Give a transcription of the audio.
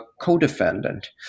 co-defendant